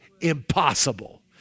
impossible